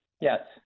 Yes